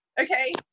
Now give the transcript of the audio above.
okay